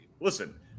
listen